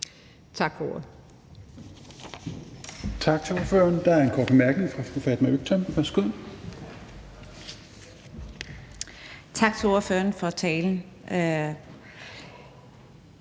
Tak for ordet.